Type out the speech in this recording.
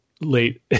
late